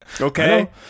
Okay